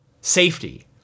safety